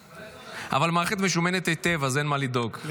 אבל המערכת משומנת היטב אז אין מה לדאוג,